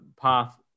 path